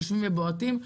נושמים ובועטים.